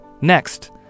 Next